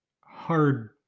hard